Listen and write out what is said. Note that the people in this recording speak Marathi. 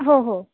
हो हो